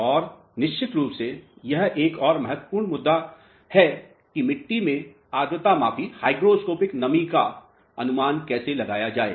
और निश्चित रूप से यहां एक और महत्वपूर्ण मुद्दा यह है कि मिट्टी में आर्द्रतामापी नमी का अनुमान कैसे लगाया जाए